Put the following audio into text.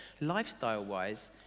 lifestyle-wise